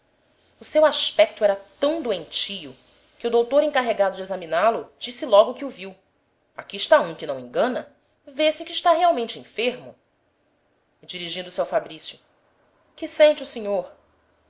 o seu aspecto era tão doentio que o doutor encarregado de examiná-lo disse logo que o viu aqui está um que não engana vê-se que está realmente enfermo e dirigindo-se ao fabrício que sente o senhor